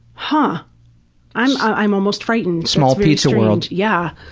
but i'm i'm almost frightened. small pizza world. yeah